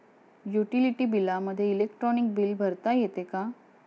Utility बिलामध्ये electronic bill भरता येते का?